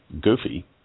goofy